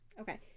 Okay